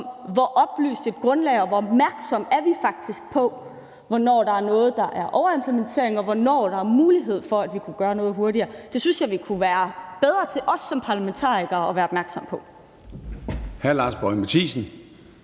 hvor oplyst et grundlag der er, og hvor opmærksomme vi faktisk er på, hvornår der er noget, der er overimplementering, og hvornår der er mulighed for, at vi kunne gøre noget hurtigere, synes jeg, at vi som parlamentarikere kunne være bedre til at